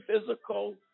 physical